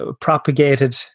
propagated